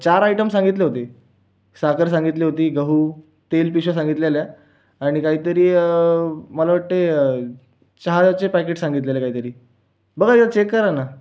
चार आयटम सांगितले होते साखर सांगितली होती गहू तेलपिशव्या सांगितलेल्या आणि काहीतरी मला वाटते चहाचे पॅकेट सांगितलेले काही तरी बघा जरा चेक करा ना